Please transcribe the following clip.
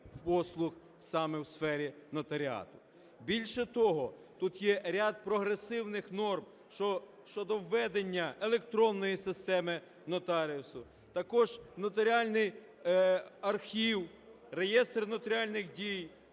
послуг саме у сфері нотаріату. Більше того, тут є ряд прогресивних норм щодо введення електронної системи нотаріусу, також нотаріальний архів, реєстр нотаріальних дій,